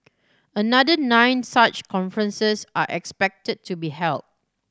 another nine such conferences are expected to be held